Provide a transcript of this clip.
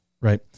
right